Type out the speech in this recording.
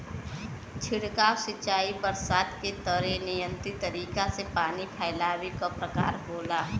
छिड़काव सिंचाई बरसात के तरे नियंत्रित तरीका से पानी फैलावे क प्रकार होला